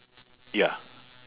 ya